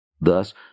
Thus